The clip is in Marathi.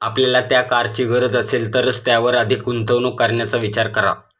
आपल्याला त्या कारची गरज असेल तरच त्यावर अधिक गुंतवणूक करण्याचा विचार करा